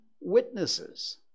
witnesses